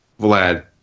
Vlad